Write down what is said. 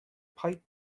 pipe